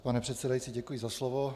Pane předsedající, děkuji za slovo.